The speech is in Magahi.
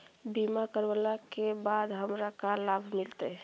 बीमा करवला के बाद हमरा का लाभ मिलतै?